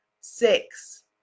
six